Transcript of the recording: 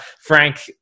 Frank